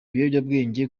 ibiyobyabwenge